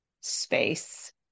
space